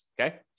okay